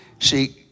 See